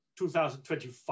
2025